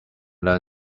learn